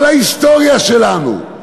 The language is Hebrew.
כל ההיסטוריה שלנו,